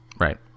Right